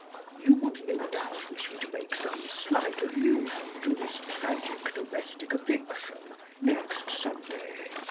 you would no doubt wish me to make some slight allusion to this tragic domestic affliction next sunday.